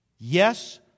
Yes